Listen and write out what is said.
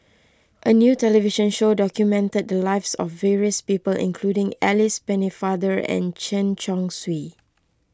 a new television show documented the lives of various people including Alice Pennefather and Chen Chong Swee